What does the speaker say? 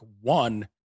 one